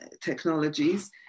technologies